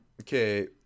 okay